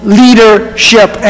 leadership